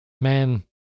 man